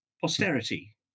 posterity